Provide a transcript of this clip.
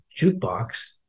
jukebox